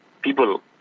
People